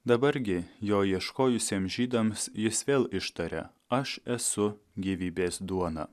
dabar gi jo ieškojusiems žydams jis vėl ištarė aš esu gyvybės duona